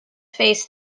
face